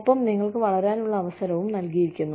ഒപ്പം നിങ്ങൾക്ക് വളരാനുള്ള അവസരവും നൽകിയിരിക്കുന്നു